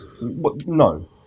No